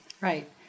right